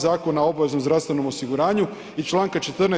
Zakona o obaveznom zdravstvenom osiguranju i Članka 14.